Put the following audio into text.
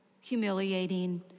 humiliating